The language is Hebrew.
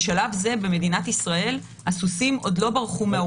בשלב זה במדינת ישראל הסוסים עוד לא ברחו מהאורווה.